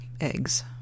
eggs